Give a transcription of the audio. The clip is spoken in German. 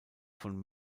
von